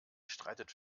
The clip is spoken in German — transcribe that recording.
streitet